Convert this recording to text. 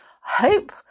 hope